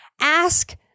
ask